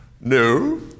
No